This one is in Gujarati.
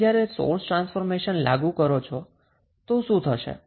હવે તમે જ્યારે સોર્સ ટ્રાન્સફોર્મેશન લાગુ કરો છો તો શું થશે